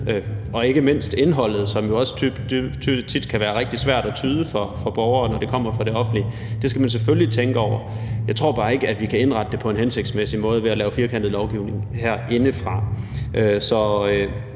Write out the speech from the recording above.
der ikke mindst indholdet, som jo også tit kan være rigtig svært at tyde for borgere, når det kommer fra det offentlige. Det skal man selvfølgelig tænke over. Jeg tror bare ikke, at vi kan indrette det på en hensigtsmæssig måde ved at lave firkantet lovgivning herindefra. Så